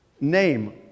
name